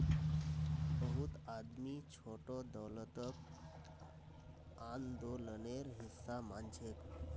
बहुत आदमी छोटो दौलतक आंदोलनेर हिसा मानछेक